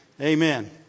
Amen